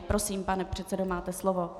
Prosím, pane předsedo, máte slovo.